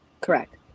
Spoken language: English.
Correct